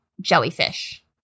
jellyfish